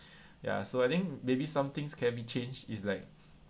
ya so I think maybe some things can be changed it's like